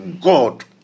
God